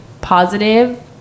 positive